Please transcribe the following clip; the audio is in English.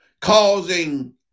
causing